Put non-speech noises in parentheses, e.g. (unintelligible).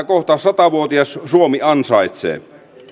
(unintelligible) kohta satavuotias suomi ansaitsee